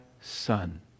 son